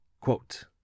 Quote